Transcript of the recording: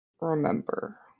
remember